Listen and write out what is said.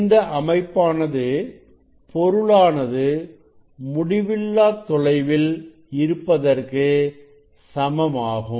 இந்த அமைப்பானது பொருளானது முடிவில்லா தொலைவில் இருப்பதற்கு சமமாகும்